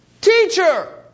teacher